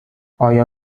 آیا